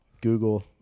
Google